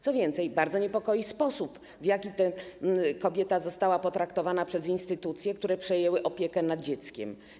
Co więcej, bardzo niepokoi sposób, w jaki kobieta została potraktowana przez instytucje, które przejęły opiekę nad dzieckiem.